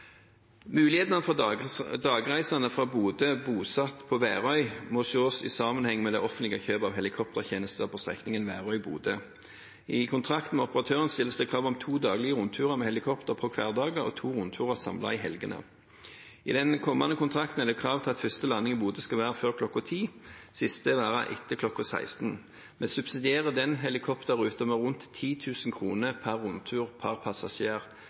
Mulighetene for dagreisende fra Bodø bosatt på Værøy må ses i sammenheng med det offentlige kjøpet av helikoptertjenesten på strekningen Værøy–Bodø. I kontrakten med operatøren stilles det krav om to daglige rundturer med helikopter på hverdager og to rundturer samlet i helgene. I den kommende kontrakten er det krav til at første landing i Bodø skal være før kl. 10 og den siste etter kl. 16. Vi subsidierer denne helikopterruten med rundt 10 000 kr per rundtur per passasjer.